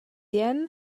jen